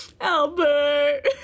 Albert